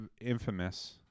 infamous